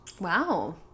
Wow